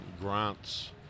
grants